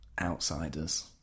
outsiders